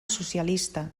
socialista